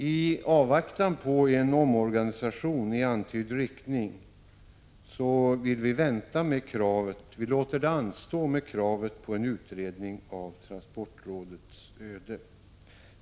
I avvaktan på en omorganisation i antydd riktning låter vi det anstå med kravet på en utredning om transportrådets öde.